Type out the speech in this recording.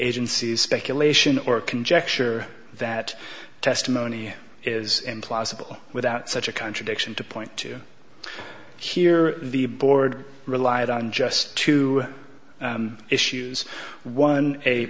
agency's speculation or conjecture that testimony is implausible without such a contradiction to point to here the board relied on just two issues one a